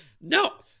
no